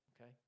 Okay